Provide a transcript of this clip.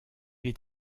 est